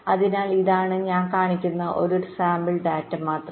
അതിനാൽ ഇതാണ് ഞാൻ കാണിക്കുന്ന ഒരു സാമ്പിൾ ഡാറ്റ മാത്രം